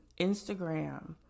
Instagram